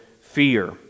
fear